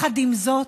עם זאת,